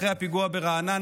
אחרי הפיגוע ברעננה,